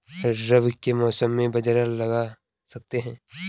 रवि के मौसम में बाजरा लगा सकते हैं?